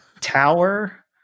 tower